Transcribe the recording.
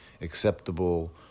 acceptable